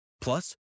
Plus